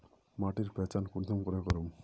माटिर पहचान कुंसम करे करूम?